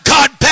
God